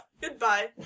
Goodbye